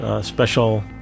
special